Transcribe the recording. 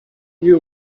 you